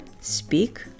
speak